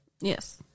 Yes